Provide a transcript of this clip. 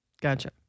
Gotcha